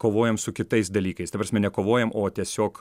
kovojam su kitais dalykais ta prasme ne kovojam o tiesiog